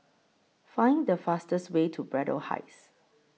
Find The fastest Way to Braddell Heights